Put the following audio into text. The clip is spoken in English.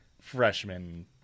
freshman